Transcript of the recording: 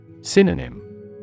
Synonym